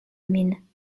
min